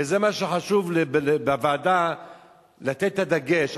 וזה מה שחשוב, בוועדה לתת את הדגש.